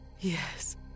Yes